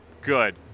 good